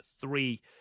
three